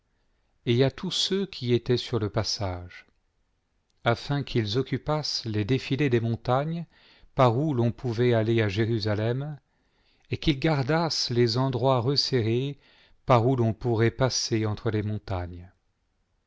et à tous ceux qui étaient sur le passage afin qu'ils occupassent les défilés des montagnes par où l'on pouvait aller à jérusalem et qu'ils gardassent les endroits resserrés par où l'on pourrait passer entre les montagnes